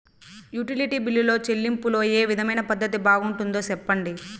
Utility బిల్లులో చెల్లింపులో ఏ విధమైన పద్దతి బాగుంటుందో సెప్పండి?